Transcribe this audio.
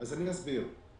אני אסביר.